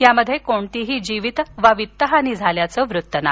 यामध्ये कोणतीही जीवित वा वित्तहानी झाल्याचं वृत्त नाही